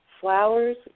flowers